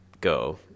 go